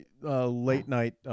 late-night